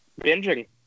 binging